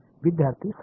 विद्यार्थी समान